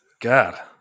God